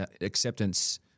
acceptance